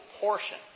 portion